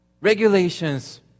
Regulations